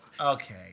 Okay